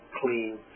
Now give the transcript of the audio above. clean